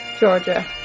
Georgia